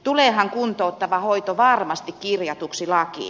tuleehan kuntouttava hoito varmasti kirjatuksi lakiin